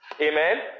Amen